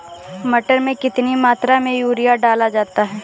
मटर में कितनी मात्रा में यूरिया डाला जाता है?